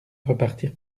repartir